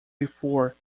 before